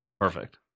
Perfect